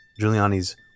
Giuliani's